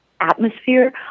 atmosphere